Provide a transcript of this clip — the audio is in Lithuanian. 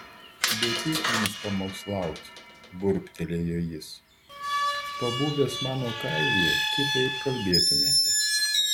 bepig jums pamokslauti burbtelėjo jis pabuvęs mano kailyje kitaip kalbėtumėte